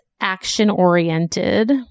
action-oriented